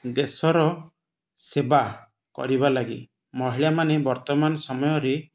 ଦେଶର ସେବା କରିବା ଲାଗି ମହିଳାମାନେ ବର୍ତ୍ତମାନ ସମୟରେ